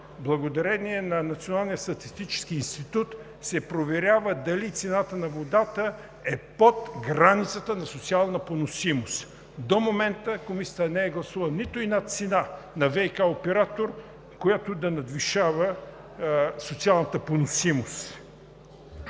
ВиК оператор се проверява дали цената на водата е под границата на социална поносимост. До момента Комисията не е гласувала нито една цена на ВиК оператор, която да надвишава социалната поносимост.